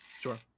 Sure